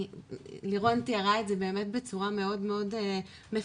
לירון תיארה את זה באמת בצורה מאוד מפורטת,